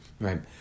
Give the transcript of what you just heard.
right